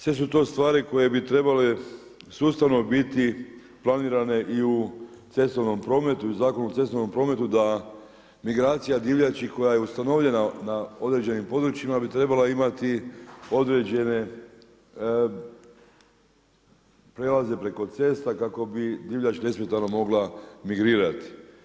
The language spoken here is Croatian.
Sve su to stvari koje bi trebale sustavno biti planirane i u cestovnom prometu i u Zakonu o cestovnom prometu da migracija divljači koja je ustanovljena na određenim područjima bi trebala imati određene prijelaze preko cesta kako bi divljač nesmetano mogla migrirat.